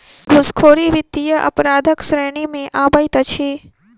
घूसखोरी वित्तीय अपराधक श्रेणी मे अबैत अछि